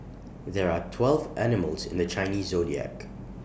there are twelve animals in the Chinese Zodiac